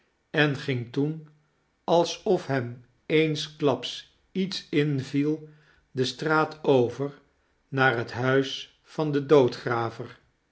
en ging toen alsof hem eensklaps iets inviel de straat over naar het huis van den